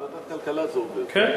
כן.